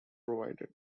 provided